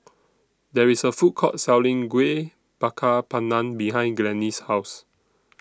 There IS A Food Court Selling Kueh Bakar Pandan behind Glennis' House